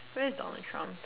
but that's Donald Trump